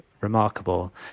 remarkable